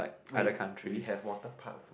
wait we have water parks meh